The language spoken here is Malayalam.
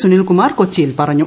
സുനിൽകുമാർ കൊച്ചിയിൽ പറഞ്ഞു